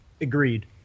Agreed